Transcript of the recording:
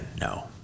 no